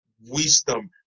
wisdom